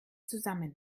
zusammen